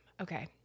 Okay